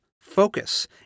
focus